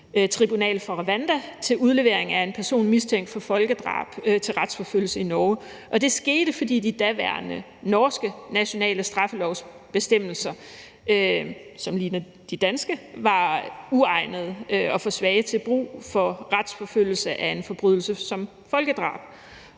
for Rwanda til udlevering af en person mistænkt for folkedrab til retsforfølgelse i Norge. Og det skete, fordi de daværende norske nationale straffelovsbestemmelser, som ligner de danske, var uegnede og for svage til brug for retsforfølgelse af en forbrydelse som folkedrab.